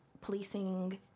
policing